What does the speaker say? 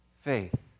faith